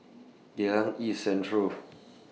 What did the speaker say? Geylang East Central